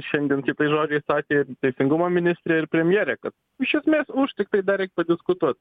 šiandien kitais žodžiais sakė ir teisingumo ministrė ir premjerė kad iš esmės už tiktai dar reik padiskutuot